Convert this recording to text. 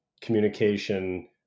communication